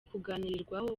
kuganirwaho